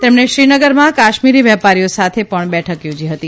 તેમણે શ્રીનગરમાં કાશમીરી વેપારીઓ સાથે પણ બેઠક યોજી હતી